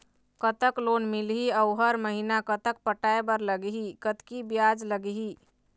कतक लोन मिलही अऊ हर महीना कतक पटाए बर लगही, कतकी ब्याज लगही?